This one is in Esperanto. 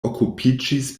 okupiĝis